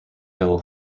hill